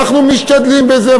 אנחנו משתדלים בזה,